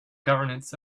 governance